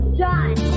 done